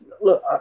Look